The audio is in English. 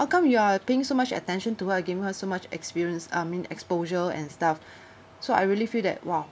how come your are paying so much attention to her giving her so much experience um I mean exposure and stuff so I really feel that !wah!